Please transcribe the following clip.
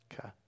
Okay